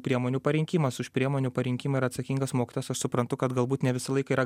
priemonių parinkimas už priemonių parinkimą yra atsakingas mokytojas aš suprantu kad galbūt ne visą laiką yra